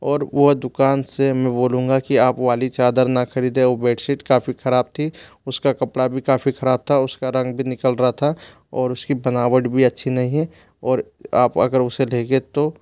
और वो दुकान से में बोलूँगा कि आप वाली चादर न खरीदे वो बेडशीट काफ़ी खराब थी उसका कपड़ा भी काफ़ी खराब था उसका रंग भी निकल रहा था और उसकी बनावट भी अच्छी नही है और आप अगर उसे देखें तो